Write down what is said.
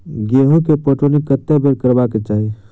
गेंहूँ केँ पटौनी कत्ते बेर करबाक चाहि?